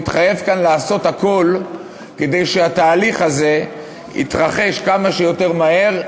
מתחייב כאן לעשות הכול כדי שהתהליך הזה יתרחש כמה שיותר מהר,